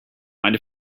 mind